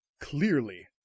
Clearly